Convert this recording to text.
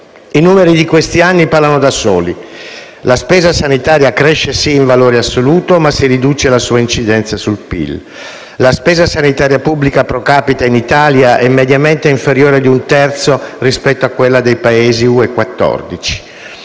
I numeri di questi anni parlano da soli: la spesa sanitaria cresce sì in valore assoluto, ma si riduce la sua incidenza sul PIL. La spesa sanitaria pubblica *pro capite* in Italia è mediamente inferiore di un terzo rispetto a quella dei Paesi